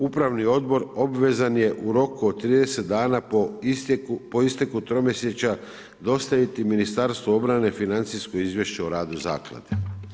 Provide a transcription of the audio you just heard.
Upravni odbor obvezan je u roku od 30 dana po isteku tromjesečja dostaviti Ministarstvu obrane financijsko izvješće o radu zakladu.